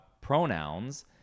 pronouns